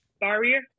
barrier